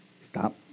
Stop